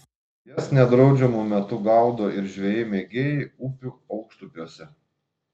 jas nedraudžiamu metu gaudo ir žvejai mėgėjai upių aukštupiuose